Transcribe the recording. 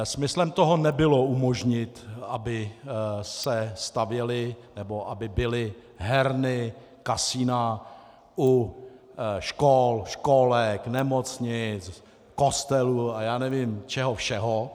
Smyslem toho nebylo umožnit, aby se stavěly nebo aby byly herny, kasina u škol, školek, nemocnic, kostelů a nevím čeho všeho.